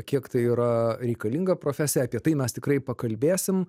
kiek tai yra reikalinga profesija apie tai mes tikrai pakalbėsim